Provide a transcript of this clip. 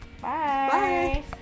Bye